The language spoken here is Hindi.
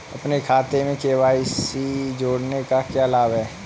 अपने खाते में के.वाई.सी जोड़ने का क्या लाभ है?